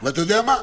אבל אתה יודע מה?